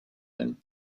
him